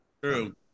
True